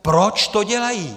Proč to dělají?